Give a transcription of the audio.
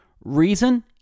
Reason